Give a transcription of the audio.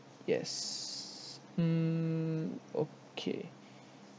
yes hmm okay